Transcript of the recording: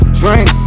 drink